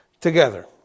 together